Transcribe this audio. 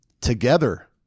together